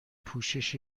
پوشش